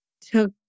took